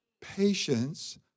Patience